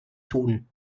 tun